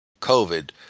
covid